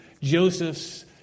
Joseph's